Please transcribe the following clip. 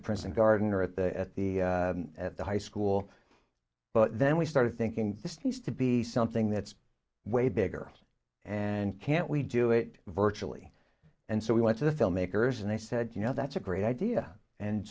the prison garden or at the at the at the high school but then we started thinking just needs to be something that's way bigger and can't we do it virtually and so we went to the filmmakers and i said you know that's a great idea and